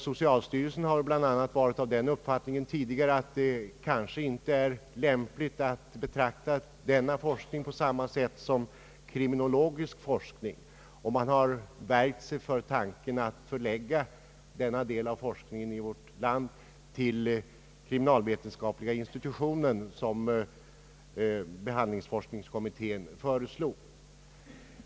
Socialstyrelsen har tidigare varit av den uppfattningen att det kanske inte är lämpligt att betrakta denna forskning på samma sätt som kriminologisk forskning, och styrelsen har värjt sig för tanken att förlägga denna del av forskning i vårt land till kriminalvetenskapliga institutet såsom behandlingsforskningskommitteén föreslog.